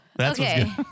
Okay